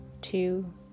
two